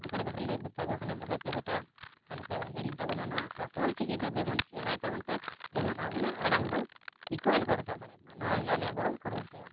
ᱜᱷᱟᱨ ᱜᱷᱟᱨ ᱞᱮ ᱢᱮᱛᱟ ᱠᱚ ᱠᱟᱱᱟ ᱫᱚᱦᱚᱭᱯᱮ ᱵᱮᱴᱟ ᱟᱞᱚᱯᱮ ᱦᱤᱲᱤᱧ ᱛᱟᱵᱚᱱᱟ ᱱᱚᱣᱟ ᱟᱨ ᱚᱞᱪᱤᱠᱤ ᱫᱚ ᱡᱮᱢᱚᱱ ᱥᱮᱬᱟᱭ ᱛᱟᱵᱚᱱ ᱯᱮ ᱡᱮᱢᱚᱱ ᱟᱵᱚᱱᱟᱜ ᱚᱲᱟᱝ ᱫᱚ ᱫᱤᱠᱩ ᱟᱞᱚᱠᱚ ᱦᱟᱛᱟᱣ ᱫᱟᱲᱮᱭᱟᱜᱼᱢᱟ ᱱᱚᱣᱟᱜᱮ ᱟᱞᱮᱫᱚ ᱠᱩᱨᱩᱢᱩᱭᱮᱫᱟ